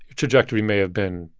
trajectory may have been.